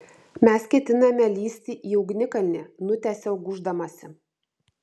mes ketiname lįsti į ugnikalnį nutęsiau gūždamasi